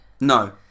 No